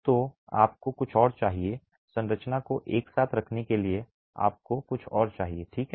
तो आपको कुछ और चाहिए संरचना को एक साथ रखने के लिए आपको कुछ और चाहिए ठीक है